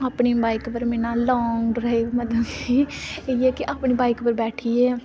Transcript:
अपनी बाईक पर में लांग ड्राईव इयै की अपनी बाईक पर बैठियै